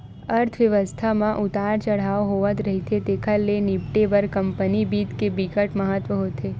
अर्थबेवस्था म उतार चड़हाव होवथ रहिथे तेखर ले निपटे बर कंपनी बित्त के बिकट महत्ता होथे